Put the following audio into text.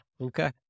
Okay